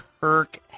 Kirk